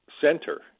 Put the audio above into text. center